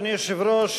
אדוני היושב-ראש,